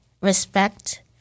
respect